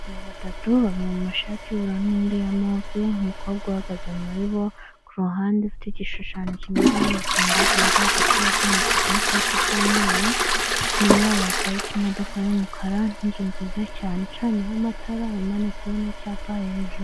Abagabo batatu babiri mu mashati y'ubururu n'indi ya move, umukobwa uhagaze muri bo kuhande ufite igishushanyo kimeze nk'urufunguzo wamba agapira k'umutuku n'ikoti ry'umweru, inyuma yabo haparitse imodoka y'umukara n'inzu nziza cyane icanyeho amatara imanitseho n'icyapa hejuru.